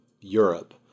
Europe